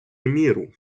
міру